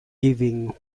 giving